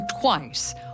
twice